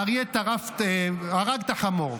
האריה הרג את החמור.